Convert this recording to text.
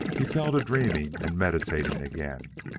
he fell to dreaming and meditating again,